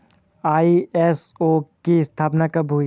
ISO की स्थापना कब हुई थी?